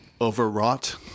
overwrought